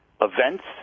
events